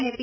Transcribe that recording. અને પી